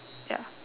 ya